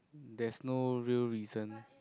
there's no real reason